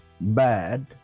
bad